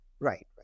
Right